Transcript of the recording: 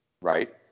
Right